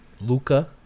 Luca